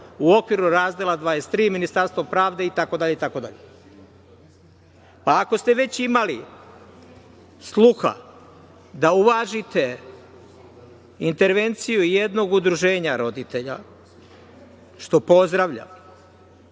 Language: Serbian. u okviru Razdela 23 Ministarstvo pravde itd, itd. Ako ste već imali sluha da uvažite intervenciju jednog udruženja roditelja, što pozdravljam,